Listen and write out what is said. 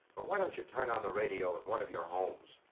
why don't you turn on the radio in one of your homes?